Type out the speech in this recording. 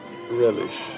relish